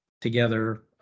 together